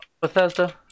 Bethesda